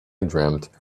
dreamt